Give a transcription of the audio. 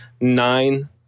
nine